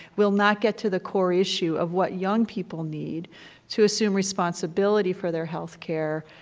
we'll not get to the core issue of what young people need to assume responsibility for their health care,